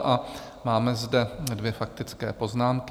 A máme zde dvě faktické poznámky.